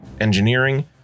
engineering